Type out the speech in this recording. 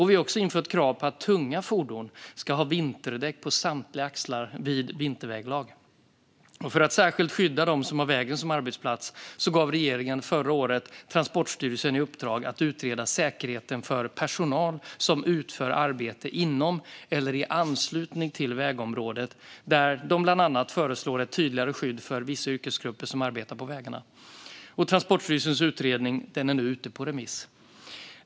Vi har också infört krav på att tunga fordon ska ha vinterdäck på samtliga axlar vid vinterväglag. För att särskilt skydda dem som har vägen som arbetsplats gav regeringen förra året Transportstyrelsen i uppdrag att utreda säkerheten för personal som utför arbete inom eller i anslutning till vägområdet där de bland annat föreslår ett tydligare skydd för vissa yrkesgrupper som arbetar på vägarna. Transportstyrelsens utredning är nu ute på remiss.